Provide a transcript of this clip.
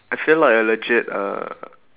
I feel like a legit a